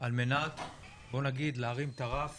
על מנת להרים את הרף